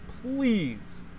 Please